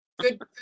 good